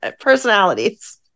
personalities